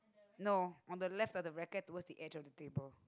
no on the left of the racket towards the edge of the table